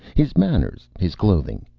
his manners. his clothing.